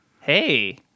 hey